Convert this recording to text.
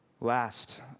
Last